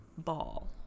ball